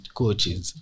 coaches